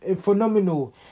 phenomenal